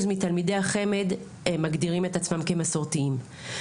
מתלמידי החמ"ד מגדירים את עצמם כמסורתיים.